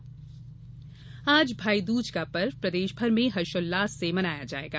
भाईदूज आज भाईदूज का पर्व प्रदेश भर में हर्षोल्लास से मनाया जाएगा